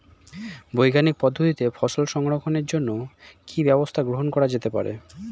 বৈজ্ঞানিক পদ্ধতিতে ফসল সংরক্ষণের জন্য কি ব্যবস্থা গ্রহণ করা যেতে পারে?